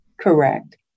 Correct